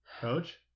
Coach